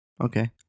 okay